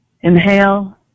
inhale